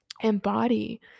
embody